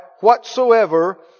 whatsoever